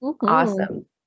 Awesome